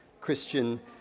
Christian